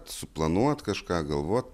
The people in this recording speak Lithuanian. suplanuot kažką galvot